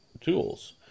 tools